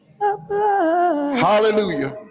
hallelujah